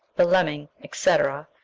the lemming, etc,